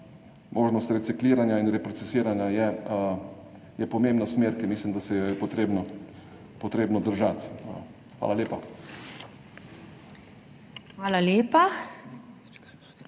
možnost recikliranja in reprocesiranja je pomembna smer, ki mislim, da se jo je potrebno držati. Hvala lepa.